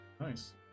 Nice